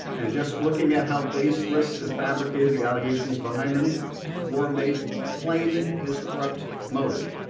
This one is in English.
and just looking at how baseless and fabricated the allocations behind them were made plain, his corrupt motive.